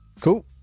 Cool